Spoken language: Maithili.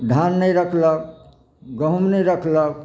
धान नहि रखलक गहूँम नहि रखलक